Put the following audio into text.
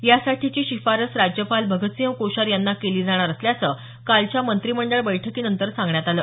यासाठीची शिफारस राज्यपाल भगतसिंह कोश्यारी यांना केली जाणार असल्याचं कालच्या मंत्रिमंडळ बैठकीनंतर सांगण्यात आलं